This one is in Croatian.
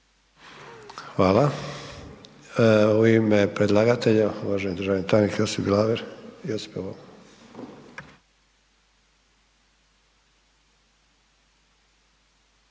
Hvala. U ime predlagatelja, uvaženi državni tajnik Josip Bilaver. Josipe…